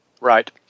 right